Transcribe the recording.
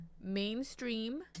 mainstream